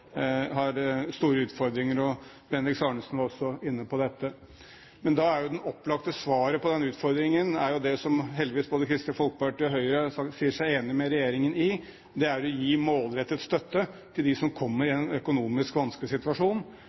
har store utfordringer. Bendiks Arnesen var også inne på dette. Men da er det opplagte svaret på den utfordringen det som heldigvis både Kristelig Folkeparti og Høyre sier seg enig med regjeringen i, å gi målrettet støtte til dem som kommer i en økonomisk vanskelig situasjon.